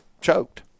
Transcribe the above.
choked